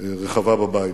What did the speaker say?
רחבה בבית,